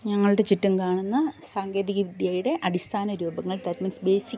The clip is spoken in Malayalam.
ഞങ്ങളുടെ ചുറ്റും കാണുന്ന സാങ്കേതിക വിദ്യയുടെ അടിസ്ഥാന രൂപങ്ങൾ ദാറ്റ് മീൻസ് ബേസിക്